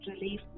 relief